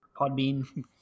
Podbean